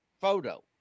photo